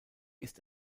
ist